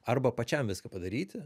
arba pačiam viską padaryti